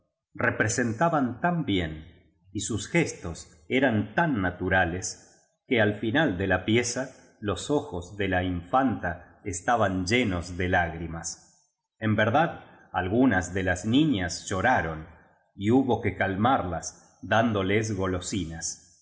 representaban tan bien y sus gestos eran tan naturales que al final de la pieza los ojos de la infanta esta ban llenos de lágrimas en verdad algunas de las niñas llora ron y hubo que calmarlas dándoles golosinas